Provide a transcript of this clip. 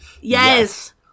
Yes